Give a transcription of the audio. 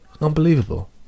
Unbelievable